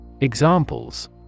Examples